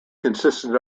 consisted